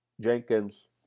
Jenkins